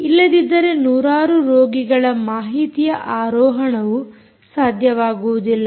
ಇಲ್ಲದಿದ್ದರೆ ನೂರಾರು ರೋಗಿಗಳ ಮಾಹಿತಿಯ ಆರೋಹಣವು ಸಾಧ್ಯವಾಗುವುದಿಲ್ಲ